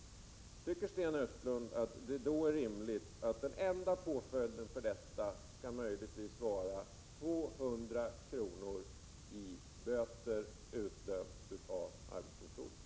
Tycker Sten Östlund att det är rimligt. SS att den enda påföljden för detta möjligtvis skall bli 200 kr. i böter, utdömt av arbetsdomstolen?